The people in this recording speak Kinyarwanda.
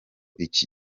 iki